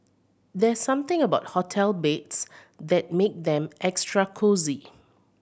there's something about hotel beds that make them extra cosy